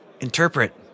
Interpret